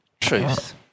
truth